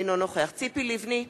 אינו נוכח ציפי לבני,